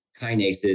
kinases